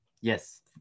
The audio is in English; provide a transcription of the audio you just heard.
Yes